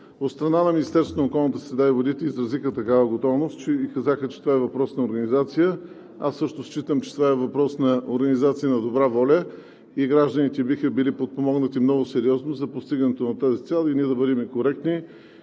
среда и водите изразиха такава готовност и казаха, че това е въпрос на организация. Аз също считам, че това е въпрос на организация на добра воля и гражданите биха били подпомогнати много сериозно за постигането на тази цел и ние да бъдем коректни